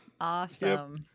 Awesome